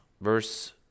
Verse